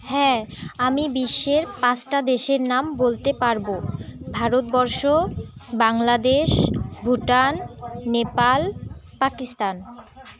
হ্যাঁ আমি বিশ্বের পাঁচটা দেশের নাম বলতে পারবো ভারতবর্ষ বাংলাদেশ ভুটান নেপাল পাকিস্তান